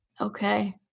Okay